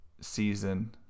season